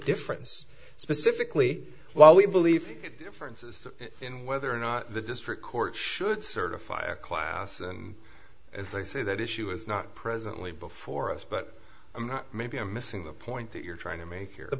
difference specifically while we believe differences in whether or not the district court should certify a class and as i say that issue is not presently before us but maybe i'm missing the point that you're trying to make he